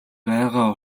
байгаа